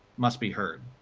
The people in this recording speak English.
must be heard.